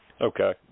Okay